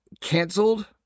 canceled